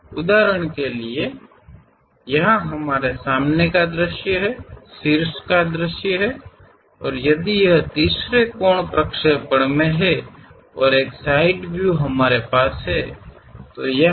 ಉದಾಹರಣೆಗೆ ಇಲ್ಲಿ ನಮಗೆ ಮುಂಭಾಗದ ನೋಟವಿದೆ ಉನ್ನತ ನೋಟವಿದೆ ಅದು ಮೂರನೇ ಕೋನ ಪ್ರೊಜೆಕ್ಷನಲ್ಲಿದ್ದರೆ ಸೈಡ್ವ್ಯೂವನ್ನು ಹೊಂದಿರುತ್ತದೆ